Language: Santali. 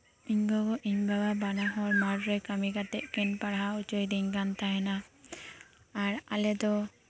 ᱤᱧ ᱜᱚᱜᱚ ᱤᱧ ᱵᱟᱵᱟ ᱵᱟᱱᱟᱦᱚᱲ ᱢᱟᱴᱷᱨᱮ ᱠᱟᱹᱢᱤ ᱠᱟᱛᱮᱫ ᱠᱤᱱ ᱯᱟᱲᱦᱟᱣ ᱚᱪᱚ ᱤᱧ ᱠᱟᱱ ᱛᱟᱦᱮᱸ ᱠᱟᱱᱟ ᱟᱨ ᱟᱞᱮᱫᱚ